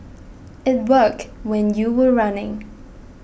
it worked when you were running